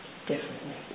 differently